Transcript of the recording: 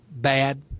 bad